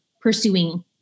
pursuing